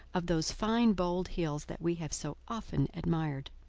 of those fine bold hills that we have so often admired.